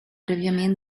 prèviament